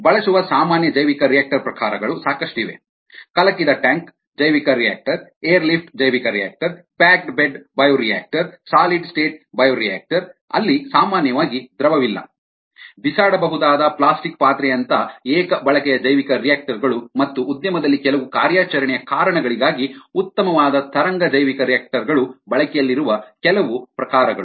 ಬಳಸುವ ಸಾಮಾನ್ಯ ಜೈವಿಕರಿಯಾಕ್ಟರ್ ಪ್ರಕಾರಗಳು ಸಾಕಷ್ಟಿವೆ ಕಲಕಿದ ಟ್ಯಾಂಕ್ ಜೈವಿಕರಿಯಾಕ್ಟರ್ ಏರ್ ಲಿಫ್ಟ್ ಜೈವಿಕರಿಯಾಕ್ಟರ್ packed bed bioreactor solid state bioreactor ಅಲ್ಲಿ ಸಾಮಾನ್ಯವಾಗಿ ದ್ರವವಿಲ್ಲ ಬಿಸಾಡಬಹುದಾದ ಪ್ಲಾಸ್ಟಿಕ್ ಪಾತ್ರೆಯಂತ ಏಕ ಬಳಕೆಯ ಜೈವಿಕರಿಯಾಕ್ಟರ್ ಗಳು ಮತ್ತು ಉದ್ಯಮದಲ್ಲಿ ಕೆಲವು ಕಾರ್ಯಾಚರಣೆಯ ಕಾರಣಗಳಿಗಾಗಿ ಉತ್ತಮವಾದ ತರಂಗ ಜೈವಿಕರಿಯಾಕ್ಟರ್ ಗಳು ಬಳಕೆಯಲ್ಲಿರುವ ಕೆಲವು ಪ್ರಕಾರಗಳು